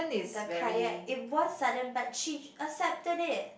the cardiac it was sudden but she accepted it